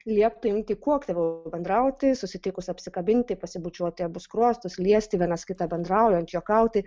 liepta imti kuo aktyviau bendrauti susitikus apsikabinti pasibučiuoti į abu skruostus liesti vienas kitą bendraujant juokauti